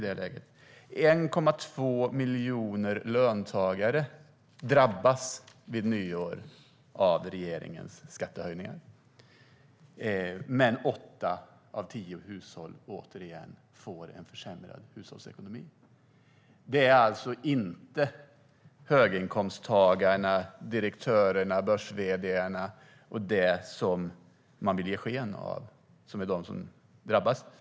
Men 1,2 miljoner löntagare drabbas vid nyår av regeringens skattehöjningar. Återigen: Åtta av tio hushåll får en försämrad ekonomi. Det är alltså inte så som man vill ge sken av, nämligen att det är höginkomsttagare, direktörer och börs-vd:ar som drabbas.